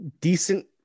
decent